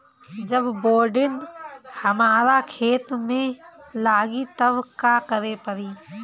जब बोडिन हमारा खेत मे लागी तब का करे परी?